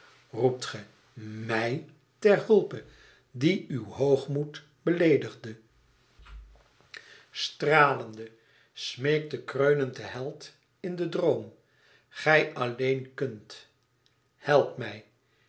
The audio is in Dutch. roept ge mij ter hulpe dien uw hoogmoed beleedigde stralende smeekte kreunend de held in den droom gij alleen kunt help mij